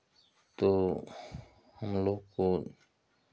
तो हमलोग को